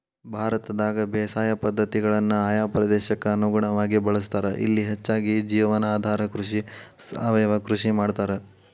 ಭಾರತದಾಗ ಬೇಸಾಯ ಪದ್ಧತಿಗಳನ್ನ ಆಯಾ ಪ್ರದೇಶಕ್ಕ ಅನುಗುಣವಾಗಿ ಬಳಸ್ತಾರ, ಇಲ್ಲಿ ಹೆಚ್ಚಾಗಿ ಜೇವನಾಧಾರ ಕೃಷಿ, ಸಾವಯವ ಕೃಷಿ ಮಾಡ್ತಾರ